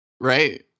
right